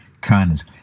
kindness